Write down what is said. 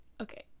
Okay